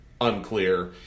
unclear